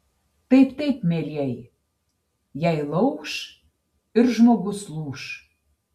taip taip mielieji jei lauš ir žmogus lūš